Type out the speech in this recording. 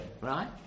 right